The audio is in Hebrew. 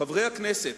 חברי הכנסת,